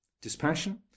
dispassion